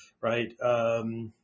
right